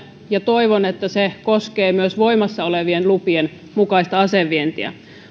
ja toivon että se koskee myös voimassa olevien lupien mukaista asevientiä